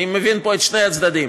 אני מבין פה את שני הצדדים.